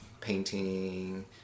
painting